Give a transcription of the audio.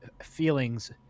feelings